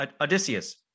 Odysseus